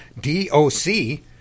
D-O-C